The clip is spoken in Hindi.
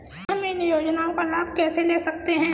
हम इन योजनाओं का लाभ कैसे ले सकते हैं?